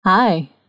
Hi